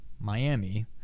miami